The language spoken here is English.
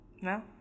no